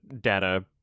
data